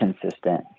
consistent